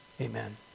amen